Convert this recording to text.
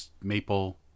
maple